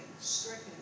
stricken